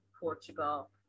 Portugal